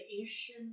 Asian